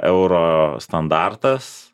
euro standartas